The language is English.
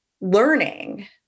learning